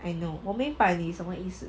I know 我明白你什么意思